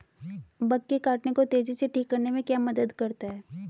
Bug के काटने को तेजी से ठीक करने में क्या मदद करता है?